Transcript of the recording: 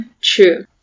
True